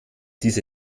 diese